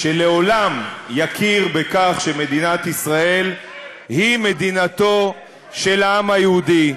שלעולם יכיר בכך שמדינת ישראל היא מדינתו של העם היהודי,